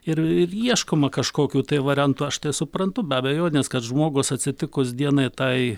ir ir ieškoma kažkokių tai variantų aš tai suprantu be abejonės kad žmogus atsitikus dienai tai